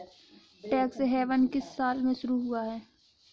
Tax haven किस साल में शुरू हुआ है?